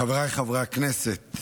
חבריי חברי הכנסת,